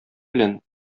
белән